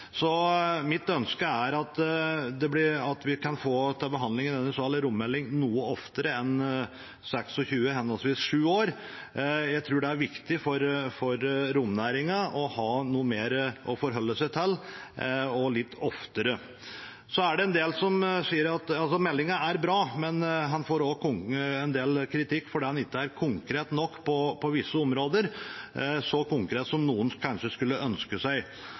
så mitt ønske er at vi kan få en rommelding til behandling i denne salen noe oftere enn om 26 år eller henholdsvis 7 år. Jeg tror det er viktig for romnæringen å ha noe mer å forholde seg til, og litt oftere. Meldingen er bra, men den får også en del kritikk fordi den ikke er konkret nok på visse områder – så konkret som noen kanskje skulle ønske seg.